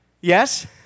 yes